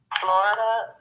florida